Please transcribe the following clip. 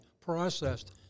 processed